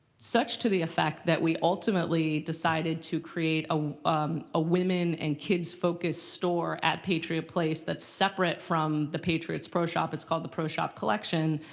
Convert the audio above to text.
such to the effect that we ultimately decided to create a ah women and kids focused store at patriot place that's separate from the patriots pro shop. it's called the pro shop collection,